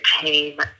team